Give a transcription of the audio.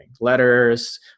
letters